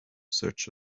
search